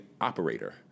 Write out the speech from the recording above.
operator